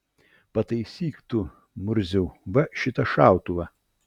pataisyk tu murziau va šitą šautuvą